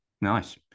Nice